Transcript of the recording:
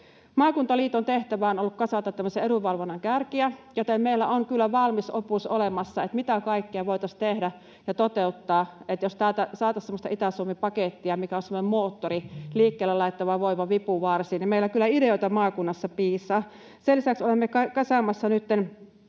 Maakuntaliiton tehtävä on ollut kasata tämmöisen edunvalvonnan kärkiä, joten meillä on kyllä valmis opus olemassa siitä, mitä kaikkea voitaisiin tehdä ja toteuttaa. Eli jos täältä saataisiin semmoista Itä-Suomi-pakettia, mikä olisi semmoinen moottori, liikkeelle laittava voima, vipuvarsi, niin meillä kyllä ideoita maakunnassa piisaa. Sen lisäksi olemme kasaamassa nytten